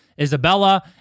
Isabella